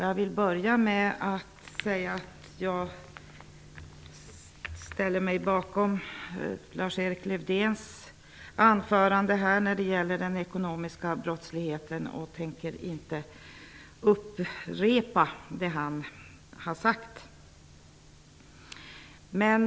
Jag vill börja med att säga att jag ställer mig bakom det Lars-Erik Lövdén sade i sitt anförande om den ekonomiska brottsligheten. Jag tänker inte upprepa det han har sagt.